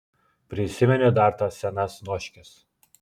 prisimeni dar tas senas noškes